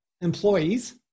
employees